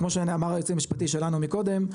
כמו שאמר היועץ המשפטי שלנו מקודם,